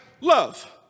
Love